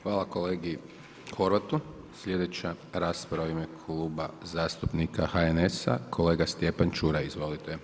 Hvala kolegi Horvatu, sljedeća rasprava je Kluba zastupnika HNS-a, kolega Stjepan Čuraj, izvolite.